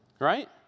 Right